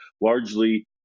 largely